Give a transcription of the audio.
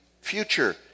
future